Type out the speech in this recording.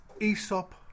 Aesop